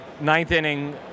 ninth-inning